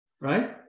right